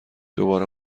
دوباره